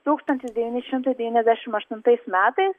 tūkstantis devyni šimtai devyniasdešim aštuntais metais